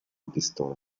pistola